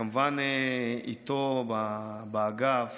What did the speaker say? ואיתו באגף